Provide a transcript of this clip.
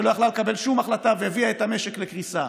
שלא יכלה לקבל שום החלטה והביאה את המשק לקריסה,